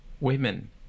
women